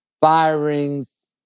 firings